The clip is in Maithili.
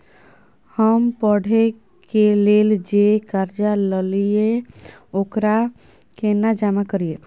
हम पढ़े के लेल जे कर्जा ललिये ओकरा केना जमा करिए?